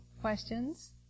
questions